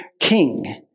king